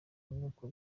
nuko